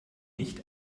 nicht